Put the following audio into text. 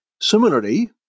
Similarly